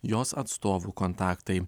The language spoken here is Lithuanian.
jos atstovų kontaktai